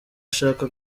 ashaka